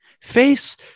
face